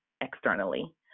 externally